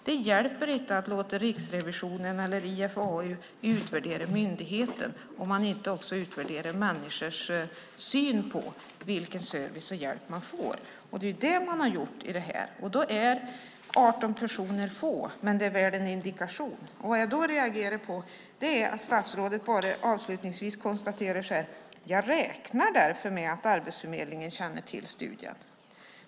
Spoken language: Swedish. Det hjälper inte att låta Riksrevisionen eller IFAU utvärdera myndigheten om man inte också utvärderar människors syn på den service och hjälp de får. Det är det man har gjort i IFAU:s studie, och då är 18 personer för få men ger väl en indikation. Vad jag reagerar på är att statsrådet avslutar sitt svar med att säga: Jag räknar därför med att Arbetsförmedlingen känner till studien.